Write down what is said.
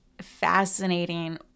fascinating